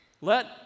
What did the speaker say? Let